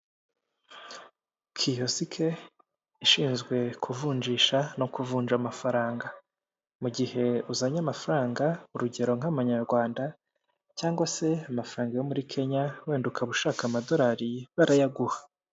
Kiyosike ishinzwe kuvunjisha no kuvunja amafaranga, mu gihe uzanye amafaranga urugero; nk'amanyarwanda cyangwa se amafaranga yo muri Kenya wenda ukaba ushaka amadolari barayaguha.